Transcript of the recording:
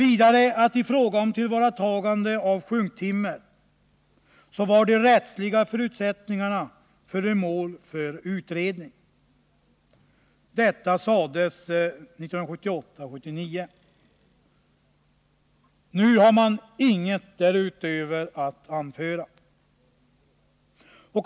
I fråga om tillvaratagandet av sjunktimmer skulle de rättsliga förutsättningarna vara föremål för utredning. Detta skrevs alltså i betänkandet år 1978/79. Nu har man inget därutöver att anföra.